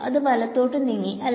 അത് വലത്തോട്ട് നീങ്ങി അല്ലേ